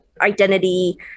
identity